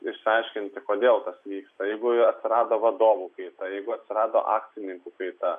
išaiškinti kodėl tas vyksta jeigu atsirado vadovų kaita atsirado akcininkų kaita